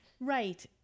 right